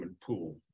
pool